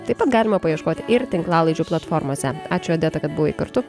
taip pat galima paieškot ir tinklalaidžių platformose ačiū odeta kad buvai kartu